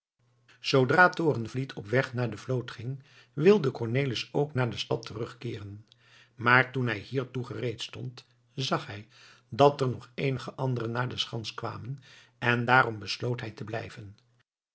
zoodra torenvliet op weg naar de vloot ging wilde cornelis ook naar de stad terugkeeren maar toen hij hiertoe gereed stond zag hij dat er nog eenige anderen naar de schans kwamen en daarom besloot hij te blijven